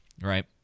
right